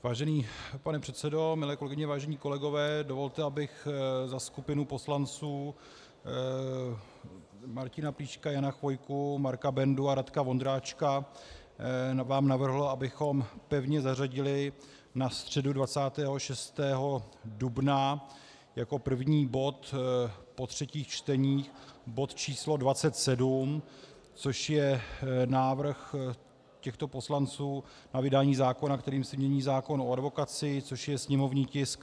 Vážený pane předsedo, milé kolegyně, vážení kolegové, dovolte, abych vám za skupinu poslanců Martina Plíška, Jana Chvojku, Marka Bendu a Radka Vondráčka navrhl, abychom pevně zařadili na středu 26. dubna jako první bod po třetích čteních bod číslo 27, což je návrh těchto poslanců na vydání zákona, kterým se mění zákon o advokacii, což je sněmovní tisk 853.